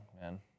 man